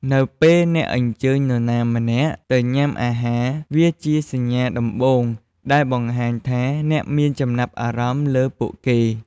នៅពេលអ្នកអញ្ជើញនរណាម្នាក់ទៅញ៉ាំអាហារ វាជាសញ្ញាដំបូងដែលបង្ហាញថាអ្នកមានចំណាប់អារម្មណ៍លើពួកគេ។